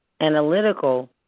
analytical